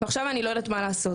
עכשיו אני לא יודעת מה לעשות.